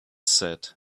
said